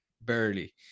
barely